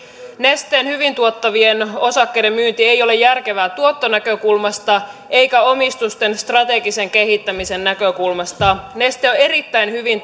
nesteen hyvin tuottavien osakkeiden myynti ei ole järkevää tuottonäkökulmasta eikä omistusten strategisen kehittämisen näkökulmasta neste on erittäin hyvin